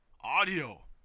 audio